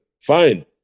fine